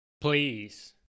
please